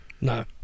No